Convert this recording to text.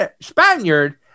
Spaniard